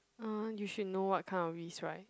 uh you should know what kind of risk right